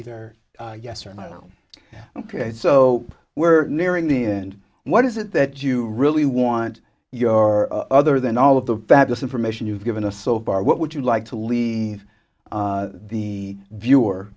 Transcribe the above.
either yes or no ok so we're nearing the end what is it that you really want your other than all of the fabulous information you've given us so far what would you like to leave the viewer